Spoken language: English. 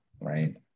right